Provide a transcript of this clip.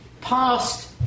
past